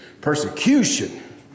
Persecution